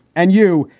and you.